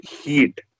heat